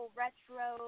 retro